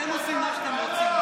אתם עושים מה שאתם רוצים,